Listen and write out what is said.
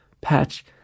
patch